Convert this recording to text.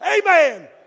Amen